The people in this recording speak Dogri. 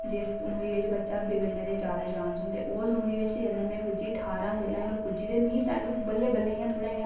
जिस उमरी बिच बच्चा बिगड़ने दे जादा चांस होंदे उस उम्री बिच जेल्लै में पुज्जी ठारां जेल्लै में पुज्जी ते मिं तैह्लूं बल्लें बल्लें थोह्ड़ा इ'यां